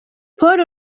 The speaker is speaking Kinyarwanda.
paul